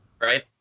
Right